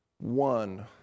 One